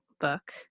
book